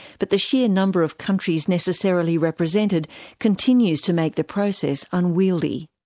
but the sheer number of countries necessarily represented continues to make the process unwieldy.